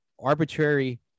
arbitrary